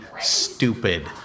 stupid